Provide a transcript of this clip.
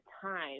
time